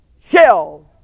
shell